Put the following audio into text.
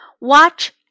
Watch